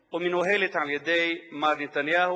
או מנוהלת על-ידי מר נתניהו,